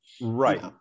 right